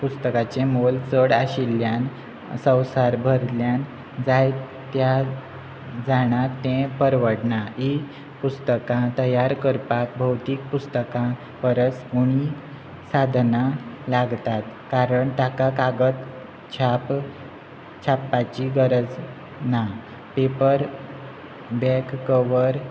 पुस्तकाचें मोल चड आशिल्ल्यान संवसार भरल्यान जाय त्या जाणां तें परवडना ही पुस्तकां तयार करपाक भौतीक पुस्तकां परस उणी साधनां लागतात कारण ताका कागदाप छापाची गरज ना पेपर बॅक कवर